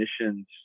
missions